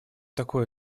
такое